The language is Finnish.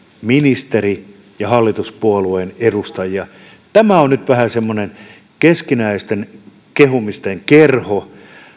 ministeri ja hallituspuolueen edustajia tämä on nyt vähän semmoinen keskinäisten kehumisten kerho